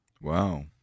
Wow